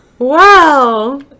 Wow